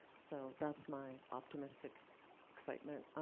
so that's my optimistic excitement.